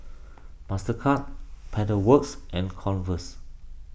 Mastercard Pedal Works and Converse